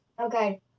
Okay